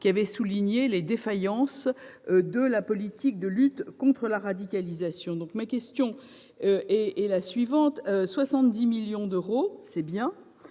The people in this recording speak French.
avait souligné les défaillances de la politique de lutte contre la radicalisation. Monsieur le ministre, ma question est la suivante : 70 millions d'euros, c'est bien,